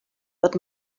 but